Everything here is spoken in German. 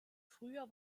früher